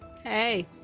Hey